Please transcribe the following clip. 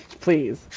Please